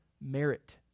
merit